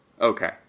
Okay